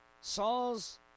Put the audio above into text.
Saul's